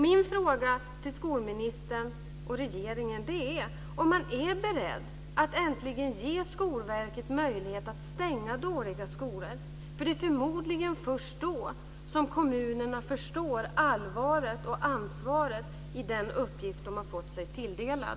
Min fråga till skolministern och regeringen är om man är beredd att äntligen ge Skolverket möjlighet att stänga dåliga skolor. Det är förmodligen först då som kommunerna förstår allvaret och ansvaret i den uppgift som de fått sig tilldelad.